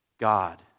God